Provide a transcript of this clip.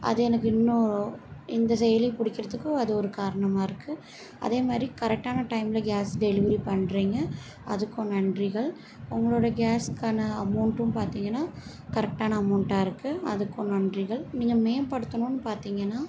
அது எனக்கு இன்னும் இந்த செயலி பிடிக்குறதுக்கு அது ஒரு காரணமாக இருக்கு அதே மாரி கரெக்டான டைம்மில் கேஸ் டெலிவரி பண்ணுறீங்க அதுக்கும் நன்றிகள் உங்களோட கேஸ்க்கான அமௌண்ட்டும் பார்த்திங்கனா கரெக்டான அமௌண்ட்டாக இருக்கு அதுக்கும் நன்றிகள் நீங்கள் மேம்படுத்தணுன்னு பார்த்திங்கனா